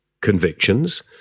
convictions